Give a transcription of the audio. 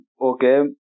okay